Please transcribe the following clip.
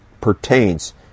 pertains